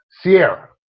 Sierra